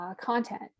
content